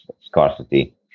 scarcity